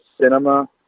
cinema